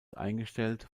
eingestellt